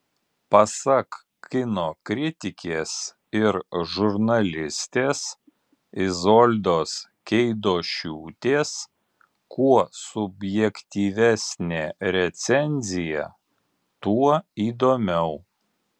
pasak kino kritikės ir žurnalistės izoldos keidošiūtės kuo subjektyvesnė recenzija tuo įdomiau